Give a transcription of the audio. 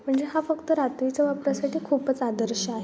म्हणजे हा फक्त रात्रीच्या वापरासाठी खूपच आदर्श आहे